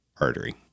artery